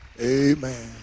Amen